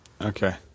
Okay